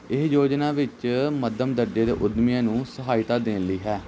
ਇਹ ਯੋਜਨਾ ਵਿੱਚ ਮੱਧਮ ਦਰਜੇ ਦੇ ਉਦਮੀਆਂ ਨੂੰ ਸਹਾਇਤਾ ਦੇਣ ਲਈ ਹੈ